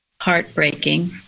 heartbreaking